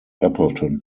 appleton